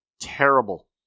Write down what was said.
terrible